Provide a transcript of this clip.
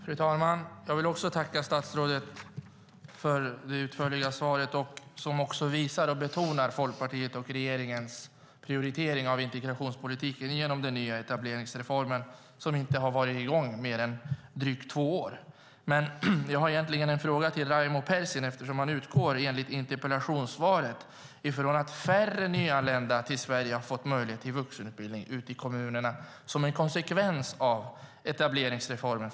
Fru talman! Jag vill också tacka statsrådet för det utförliga svaret, som visar och betonar Folkpartiets och regeringens prioritering av integrationspolitiken genom den nya etableringsreformen som inte har varit i gång mer än drygt två år. Jag har en fråga till Raimo Pärssinen eftersom han utgår, enligt interpellationen, från att färre nyanlända i Sverige har fått möjlighet till vuxenutbildning ute i kommunerna som en konsekvens av etableringsreformen.